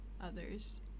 others